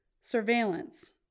surveillance